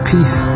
Peace